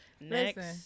Next